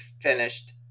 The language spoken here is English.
finished